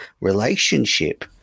relationship